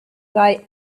die